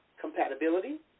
compatibility